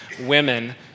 women